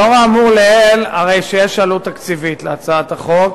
לאור האמור לעיל, יש עלות תקציבית להצעת החוק,